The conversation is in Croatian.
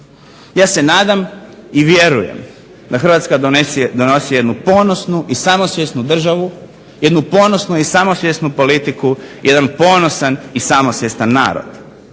Ja se nadam i vjerujem da Hrvatska donosi jednu ponosnu i samosvjesnu državu, politiku i jedan ponosan i samosvjestan narod.